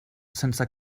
sense